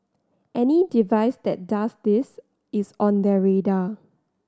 any device that does this is on their radar